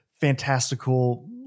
fantastical